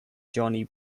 johnny